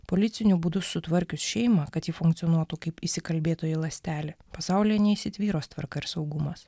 policiniu būdu sutvarkius šeimą kad ji funkcionuotų kaip įsikalbėtoji ląstelė pasaulyje neįsitvyros tvarka ir saugumas